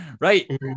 Right